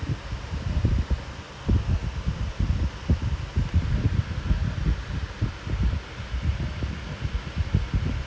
okay lah I mean we can you ask rio further then wait for their reply then we can like we can time lah we can send him the form uh before we finish our four recordings